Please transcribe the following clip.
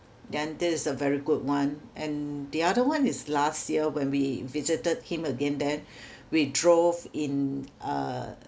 then this is a very good one and the other one is last year when we visited him again then we drove in uh